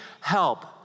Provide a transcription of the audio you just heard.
help